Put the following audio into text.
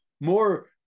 more